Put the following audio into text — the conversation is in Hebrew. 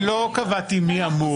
אני לא קבעתי מי אמור.